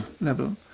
level